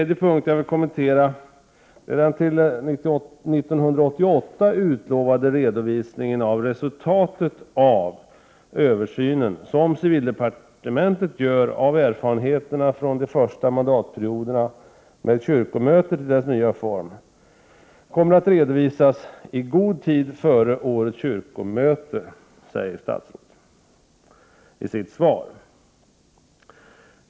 Den till 1988 utlovade redovisningen av resultatet av den översyn som civildepartementet gör av erfarenheterna från de första mandatperioderna med kyrkomötet i dess nya form kommer att redovisas ”i god tid före årets kyrkomöte” säger statsrådet i sitt svar.